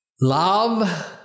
Love